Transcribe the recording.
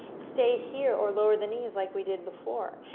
stay here, or lower the knees like we did before.